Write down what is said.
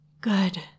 Good